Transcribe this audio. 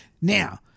Now